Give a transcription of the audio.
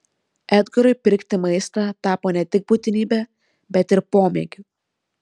edgarui pirkti maistą tapo ne tik būtinybe bet ir pomėgiu